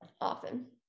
often